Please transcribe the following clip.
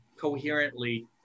coherently